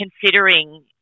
considering